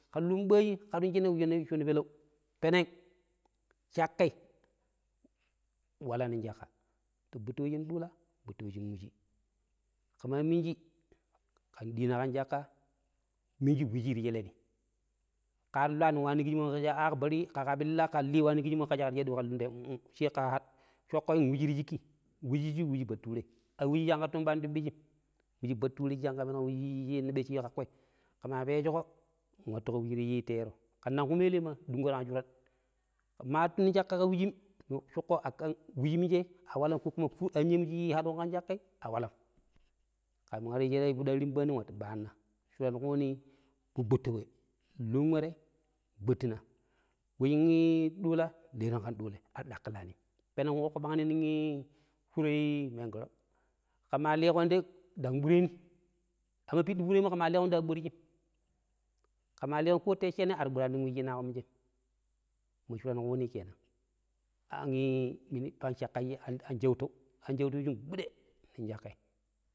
﻿Kaam shi ɓashi ƙaam shi shenei shene pelou, peneg shaƙƙai waalanog shaƙƙa peniƙo ɓutto we shin ɗula ɓutto we shin wucii, ƙe ma minjii ƙen ɗina ƙan shaƙƙa minjii wuci ti shele ni ƙa ta luwa ni wani ƙisshimmom ƙe sha a bari ƙe piilla ƙenlii wani ƙisshimmo ƙe sha ƙe pillaa ƙen lii wani ti sheleƙo ƙe sha ƙe shaɗa ni ƙen luun tem unh-unh she ƙe shoƙƙon wuci ti shiƙƙi, wucu shu wuci Bature a wuci shinƙa ta tumɓani-tumɓichim wuci Bature shi ɓechi chinna ƙaƙƙoiƙema pechuƙo wattu ƙa wuci ta yeero ƙen ndang ƙuma elemmo ɗunƙo tag shuraan, ƙema pecchuko ƙe ƙashikei mun shuƙƙo akan wucimmije a walam ko anyeem shii haduƙo shaƙƙei a walaam ƙenwarun piɗi an rimpani watti ɓaana shuran ƙuchuu wu ɓutto we, nluun we tei nɓuttina, luun ii ɗulaanɗeron ƙan ɗulai a ta ɗaƙƙilanim, peneg ƙooƙini nog ii furoi mengoro ƙema liiƙon ta yei ndang ɓurenii, amma piɗɗi furommo ƙema liƙon tei a ɓurchim ƙema liƙo ko shenee a ta ɓuraninog weƙo shinƙa liƙon minchem an shautau an shautau shin ɓuɗe nog shaƙƙai.